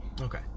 okay